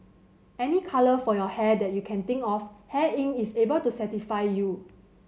any colour for your hair that you can think of Hair Inc is able to satisfy you